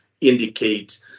indicate